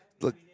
Look